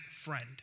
friend